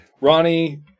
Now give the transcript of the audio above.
Ronnie